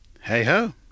Hey-ho